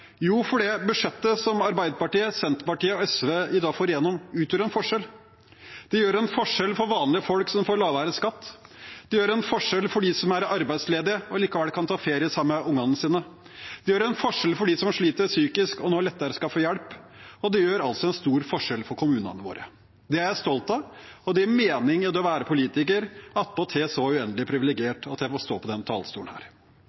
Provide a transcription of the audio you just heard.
budsjettet som Arbeiderpartiet, Senterpartiet og SV i dag får igjennom, utgjør en forskjell. Det utgjør en forskjell for vanlige folk som får lavere skatt. Det utgjør en forskjell for dem som er arbeidsledige og likevel kan ta ferie sammen med ungene sine. Det utgjør en forskjell for dem som sliter psykisk og nå lettere skal få hjelp. Og det utgjør altså en stor forskjell for kommunene våre. Det er jeg stolt av, og det gir mening i det å være politiker – og attpåtil så uendelig